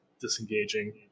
Disengaging